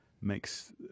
makes